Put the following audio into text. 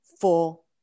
full